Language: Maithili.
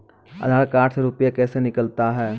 आधार कार्ड से रुपये कैसे निकलता हैं?